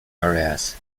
areas